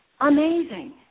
amazing